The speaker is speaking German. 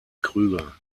krüger